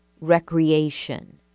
recreation